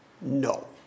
No